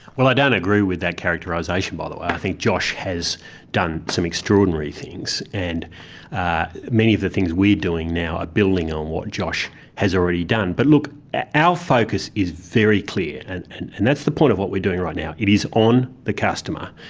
well i don't agree with that characterisation by the way, i think josh has done some extraordinary things and many of the things we're doing now are building on what josh has already done. but look ah our focus is very clear and and and and that's the point of what we're doing right now. it is on the customer,